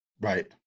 Right